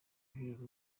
village